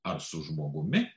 ar su žmogumi